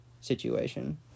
situation